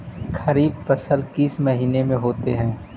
खरिफ फसल किस महीने में होते हैं?